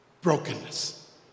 brokenness